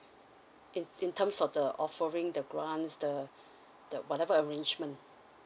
in in terms of the offering the grants the the whatever arrangement